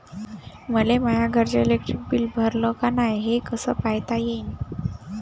मले माया घरचं इलेक्ट्रिक बिल भरलं का नाय, हे कस पायता येईन?